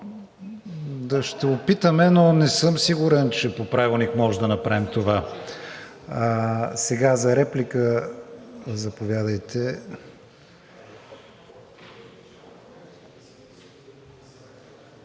Ще опитаме, но не съм сигурен, че по Правилник можем да направим това. За реплика – заповядайте.